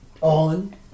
on